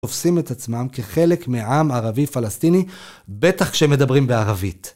תופסים את עצמם כחלק מעם ערבי-פלסטיני, בטח כשמדברים בערבית.